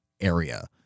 area